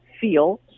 feel